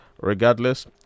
Regardless